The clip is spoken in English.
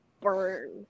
burn